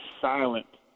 silent